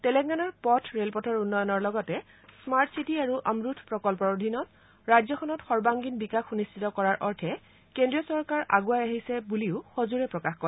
তেলেংগানাৰ পথ ৰেলপথৰ উন্নয়নৰ লগতে স্মাৰ্টচিটি আৰু অমৰুথ প্ৰকল্পৰ অধীনত ৰাজ্যখনত সৰ্বাংগীন বিকাশ সুনিশ্চিত কৰাৰ অৰ্থে কেন্দ্ৰীয় চৰকাৰ আগুৱাই আহিছে যদিও সজোৰে প্ৰকাশ কৰে